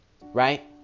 right